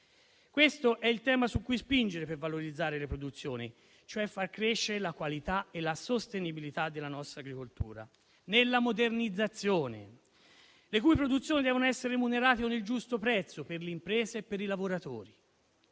Questo è il tema su cui spingere per valorizzare le produzioni, cioè far crescere la qualità e la sostenibilità della nostra agricoltura nella modernizzazione; le produzioni devono essere remunerate con il giusto prezzo per le imprese e per i lavoratori.